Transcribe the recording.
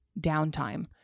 Downtime